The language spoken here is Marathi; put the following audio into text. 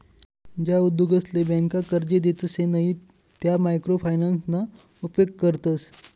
ज्या उद्योगसले ब्यांका कर्जे देतसे नयी त्या मायक्रो फायनान्सना उपेग करतस